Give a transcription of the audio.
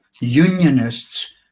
unionists